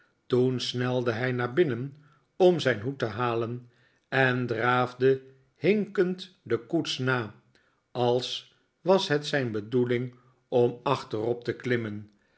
toen snelde hij naar binnen om zijn hoed te halen en draafde hinkend de koets na als was het zijn bedoeling om achterop te klimmen